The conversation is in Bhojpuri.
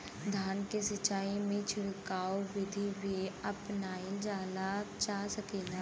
धान के सिचाई में छिड़काव बिधि भी अपनाइल जा सकेला?